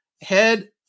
head